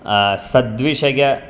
सद्विषय